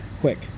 quick